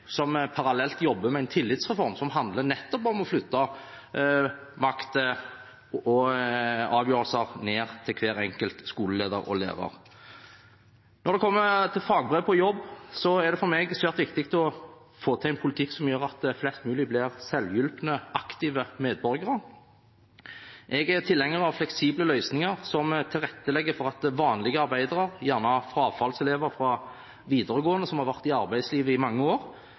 vi parallelt jobber med en tillitsreform som handler nettopp om å flytte makt og avgjørelser ned til hver enkelt skoleleder og lærer. Når det gjelder å ta fagbrev på jobb, er det for meg svært viktig å få til en politikk som gjør at flest mulig blir selvhjulpne, aktive medborgere. Jeg er tilhenger av fleksible løsninger som tilrettelegger for at vanlige arbeidere, gjerne frafallselever fra videregående som har vært i arbeidslivet i mange år,